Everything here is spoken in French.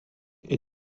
est